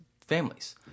families